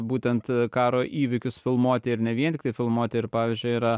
būtent karo įvykius filmuoti ir ne vien tiktai filmuoti ir pavyzdžiui yra